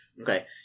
Okay